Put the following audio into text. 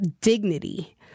dignity